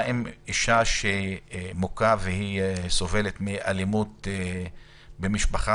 מה עם אישה מוכה והיא סובלת מאלימות במשפחה,